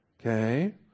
Okay